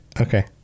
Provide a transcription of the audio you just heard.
okay